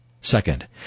Second